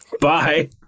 Bye